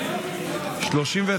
נתקבל.